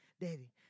Daddy